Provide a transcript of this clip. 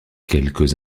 quelques